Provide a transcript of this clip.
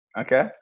Okay